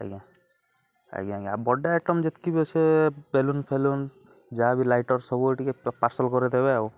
ଆଜ୍ଞା ଆଜ୍ଞା ଆଜ୍ଞା ବର୍ଥଡ଼େ ଆଇଟମ୍ ଯେତିକି ବି ସେ ବେଲୁନ୍ଫେଲୁନ୍ ଯାହା ବିି ଲାଇଟର୍ ସବୁବେଳେ ଟିକେ ପାର୍ସଲ୍ କରିଦେବେ ଆଉ